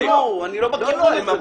נו, אני לא בכיוון הזה בכלל.